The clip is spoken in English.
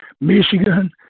Michigan